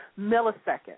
millisecond